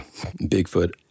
Bigfoot